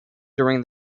during